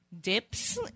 dips